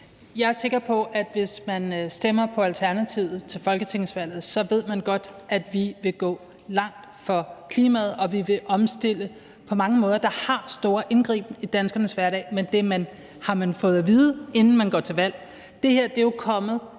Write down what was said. Jeg er sikker på, at hvis man stemmer på Alternativet til folketingsvalget, ved man godt, at vi vil gå langt for klimaet, og at vi vil omstille på mange måder, der vil betyde en stor indgriben i danskernes hverdag, men det har man fået at vide, inden man går til valg. Det her er jo kommet